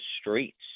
streets